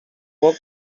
walk